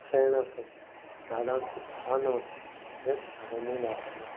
शेण आसत झाडाचीं पानां आसत हेंच सारें म्हणून वापरिल्लें वता